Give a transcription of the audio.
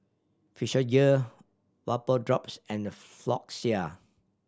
Physiogel Vapodrops and Floxia